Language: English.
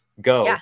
Go